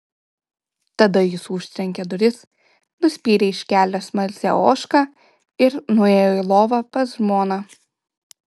tada jis užtrenkė duris nuspyrė iš kelio smalsią ožką ir nuėjo į lovą pas žmoną